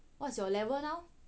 what's your level now